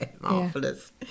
Marvelous